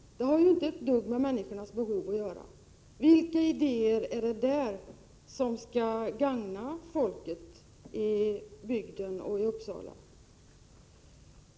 Det har ju inte alls med människornas behov att göra. Vilka idéer där är det som skall gagna folket och bygden i Uppsala?